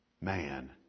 man